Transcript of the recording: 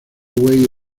way